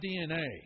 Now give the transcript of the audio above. DNA